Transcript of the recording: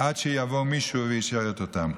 עד שיבוא מישהו לשרת אותם.